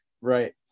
Right